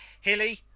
Hilly